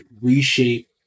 reshape